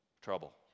trouble